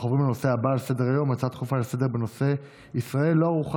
נעבור להצעה לסדר-היום בנושא: ישראל לא ערוכה